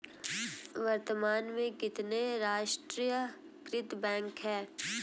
वर्तमान में कितने राष्ट्रीयकृत बैंक है?